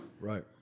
Right